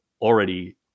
already